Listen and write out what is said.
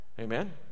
Amen